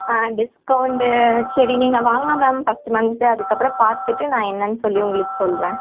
ஆ discount சரி நீங்கள் வாங்க மேம் ஃபஸ்ட்டு மந்த்து அதுக்கப்பறம் பார்த்துட்டு நான் என்னன்னு சொல்லி உங்களுக்கு சொல்கிறேன்